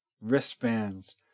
wristbands